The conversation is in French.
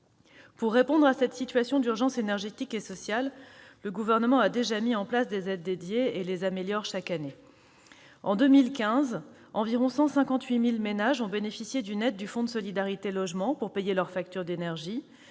Pour répondre à cette situation d'urgence énergétique et sociale, le Gouvernement a déjà mis en place des aides dédiées et les améliore chaque année. En 2015, environ 158 000 ménages ont bénéficié d'une aide du Fonds de solidarité pour le logement pour payer leur facture d'énergie.